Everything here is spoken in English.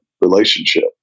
relationship